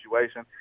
situation